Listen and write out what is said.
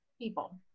people